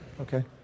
Okay